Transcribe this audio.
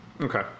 Okay